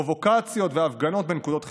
פרובוקציות והפגנות בנקודות חיכוך,